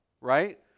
right